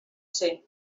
ser